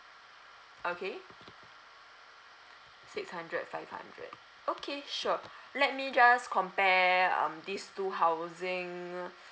okay six hundred five hundred okay sure let me just compare um these two housing